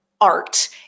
art